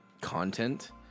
content